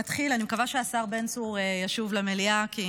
נתחיל, אני מקווה שהשר בן צור ישוב למליאה, כי